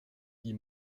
die